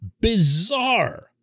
bizarre